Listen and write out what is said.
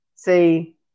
See